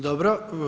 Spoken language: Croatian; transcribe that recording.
Dobro.